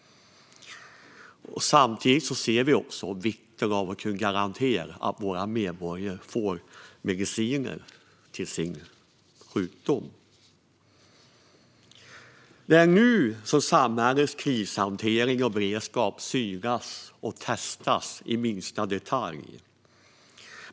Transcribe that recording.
Vi ser vikten av att kunna garantera att våra medborgare får mediciner mot sin sjukdom. Det är nu som samhällets krishantering och beredskap synas och testas i minsta detalj.